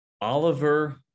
Oliver